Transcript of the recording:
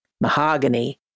mahogany